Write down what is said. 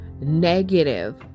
negative